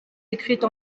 écrite